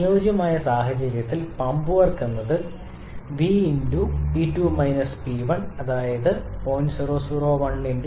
അനുയോജ്യമായ സാഹചര്യത്തിൽ pump work 𝑣 2 𝑃1 0